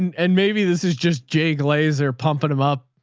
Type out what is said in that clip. and maybe this is just jay glazer pumping them up,